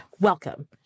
Welcome